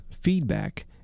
feedback